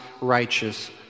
righteous